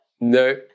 No